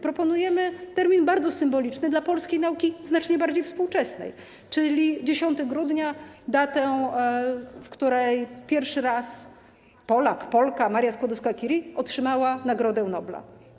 Proponujemy termin bardzo symboliczny dla polskiej nauki znacznie bardziej współczesnej, czyli 10 grudnia, datę, w której po raz pierwszy Polak - Polka, Maria Skłodowska-Curie - otrzymał Nagrodę Nobla.